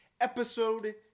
Episode